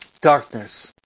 darkness